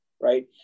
right